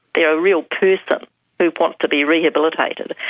they are a real person who wants to be rehabilitated.